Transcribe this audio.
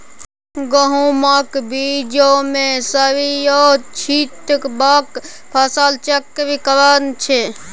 गहुमक बीचमे सरिसों छीटब फसल चक्रीकरण छै